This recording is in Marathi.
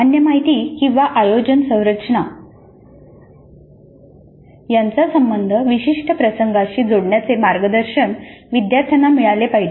सामान्य माहिती किंवा आयोजन संरचना यांचा संबंध विशिष्ट प्रसंगाशी जोडण्याचे मार्गदर्शन विद्यार्थ्यांना मिळाले पाहिजे